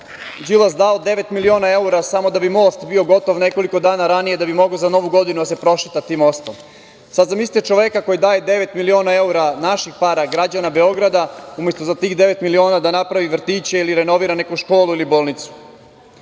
Đilas je dao devet miliona evra samo da bi most bio gotov nekoliko dana ranije, da bi mogao za Novu godinu da se prošeta tim mostom. Sada, zamislite čoveka koji daje devet miliona evra naših para, građana Beograda, umesto da za tih devet miliona napravi vrtiće ili renovira neku školu ili bolnicu? Novcem